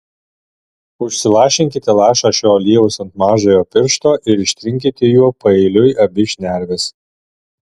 užsilašinkite lašą šio aliejaus ant mažojo piršto ir ištrinkite juo paeiliui abi šnerves